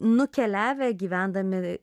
nukeliavę gyvendami